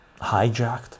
hijacked